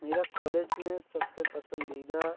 मेरा कॉलेज में सबसे पसंदीदा